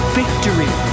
victory